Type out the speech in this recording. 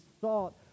thought